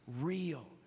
real